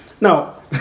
Now